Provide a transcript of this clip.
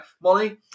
Molly